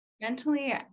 mentally